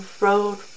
road